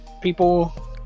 people